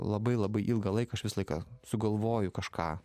labai labai ilgą laiką aš visą laiką sugalvoju kažką